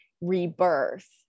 rebirth